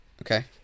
okay